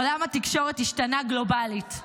עולם התקשורת השתנה גלובלית,